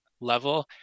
level